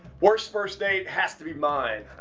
worst first date has to be mine.